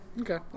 Okay